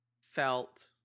felt